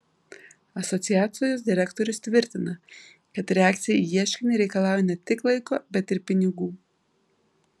asociacijos direktorius tvirtina kad reakcija į ieškinį reikalauja ne tik laiko bet ir pinigų